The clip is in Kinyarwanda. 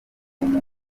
umuntu